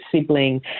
sibling